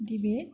debate